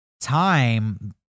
time